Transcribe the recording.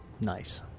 Nice